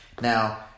Now